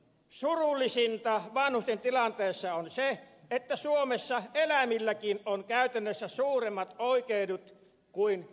surullisinta vanhusten tilanteessa on se että suomessa eläimilläkin on käytännössä suuremmat oikeudet kuin vanhuksilla